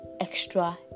extra